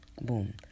Boom